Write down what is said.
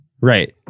right